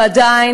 ועדיין,